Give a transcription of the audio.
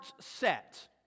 set